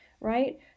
right